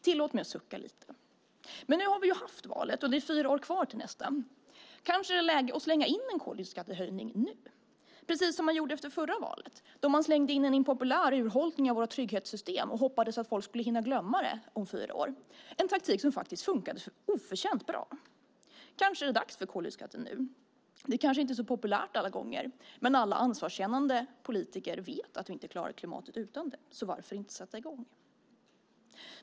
Tillåt mig att sucka lite. Nu har vi dock haft valet, och det är fyra år kvar till nästa. Kanske är det läge att slänga in en koldioxidskattehöjning nu, precis som man gjorde efter förra valet då man slängde in en impopulär urholkning av våra trygghetssystem och hoppades att folk skulle hinna glömma det på fyra år - en taktik som faktiskt funkade oförtjänt bra. Kanske är det dags för koldioxidskatten nu. Det kanske inte är så populärt alla gånger, men alla ansvarskännande politiker vet att vi inte klarar klimatet utan den. Varför inte sätta i gång nu?